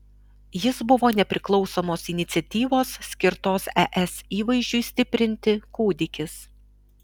jis buvo nepriklausomos iniciatyvos skirtos es įvaizdžiui stiprinti kūdikis